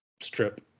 strip